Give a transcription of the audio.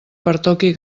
pertoqui